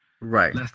right